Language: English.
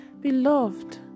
Beloved